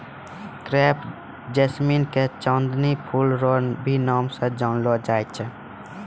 crepe jasmine के चांदनी फूल रो भी नाम से जानलो जाय छै